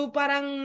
parang